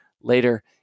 later